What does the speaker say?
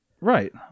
Right